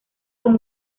con